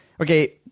Okay